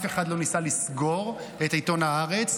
אף אחד לא ניסה לסגור את עיתון הארץ,